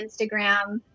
Instagram